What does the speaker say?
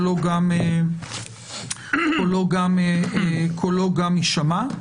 קולו גם יישמע.